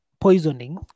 poisoning